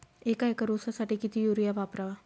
एक एकर ऊसासाठी किती युरिया वापरावा?